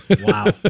Wow